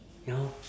ya lor